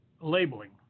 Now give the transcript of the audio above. labeling